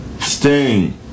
Sting